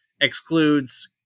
excludes